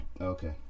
Okay